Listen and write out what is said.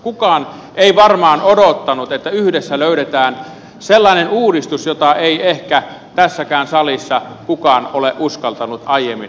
kukaan ei varmaan odottanut että yhdessä löydetään sellainen uudistus jota ei ehkä tässäkään salissa kukaan ole uskaltanut aiemmin esittää